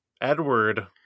Edward